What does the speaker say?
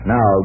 Now